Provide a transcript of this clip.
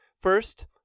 First